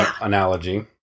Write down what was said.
analogy